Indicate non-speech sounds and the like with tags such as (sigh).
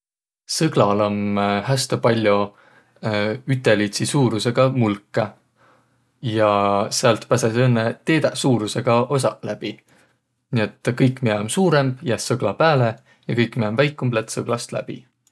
Sõglal om häste pall'o (hesitation) üteliidsi suurusõga mulkõ. Ja säält päseseq õnnõ teedäq suurusõga osaq läbi, nii et kõik, miä om suurõmb jääs sõgla pääle ja kõik miä om väikumb, lätt sõglast läbi.